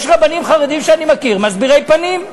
יש רבנים חרדים שאני מכיר שהם מסבירי פנים.